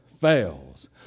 fails